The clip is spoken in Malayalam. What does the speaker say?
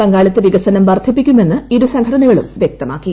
പങ്കാളിത്ത വികസനം വർദ്ധിപ്പിക്കുമെന്ന് ഇരു സംഘങ്ങളും വ്യക്തമാക്കി